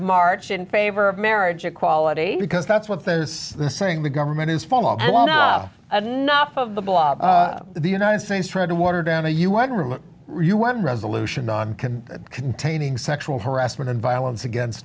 march in favor of marriage equality because that's what they're saying the government is for long enough of the blob the united states tried to water down the u n route one resolution on can containing sexual harassment and violence against